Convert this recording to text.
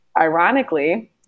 ironically